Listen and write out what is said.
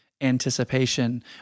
anticipation